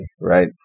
right